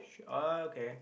ah okay